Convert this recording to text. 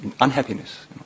unhappiness